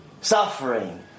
suffering